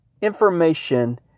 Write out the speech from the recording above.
information